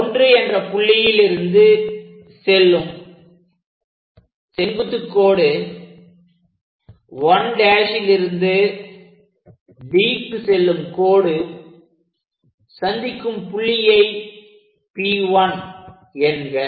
1 என்ற புள்ளியில் இருந்து செல்லும் செங்குத்துக் கோடு 1' லிருந்து Dக்கு செல்லும் கோடும் சந்திக்கும் புள்ளியை P1 என்க